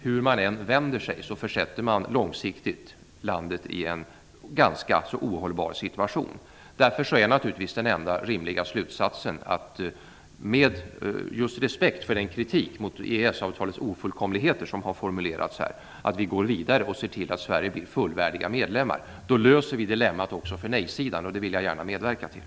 Hur man än vänder sig försätter man långsiktigt landet i en ganska ohållbar situation. Därför är naturligtvis den enda rimliga slutsatsen att med respekt för den kritik mot EES-avtalets ofullkomligheter som här har formulerats gå vidare och se till att Sverige blir fullvärdig medlem. Då löser vi också dilemmat för nej-sidan, och det vill jag gärna medverka till.